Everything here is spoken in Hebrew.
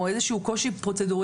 או איזה שהוא קושי פרוצדורלי,